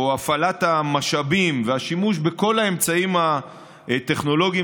או הפעלת המשאבים והשימוש בכל האמצעים הטכנולוגיים